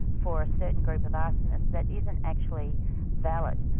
for a certain group of arsonists that isn't actually valid.